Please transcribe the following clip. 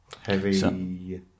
Heavy